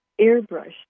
airbrushed